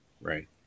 right